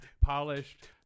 polished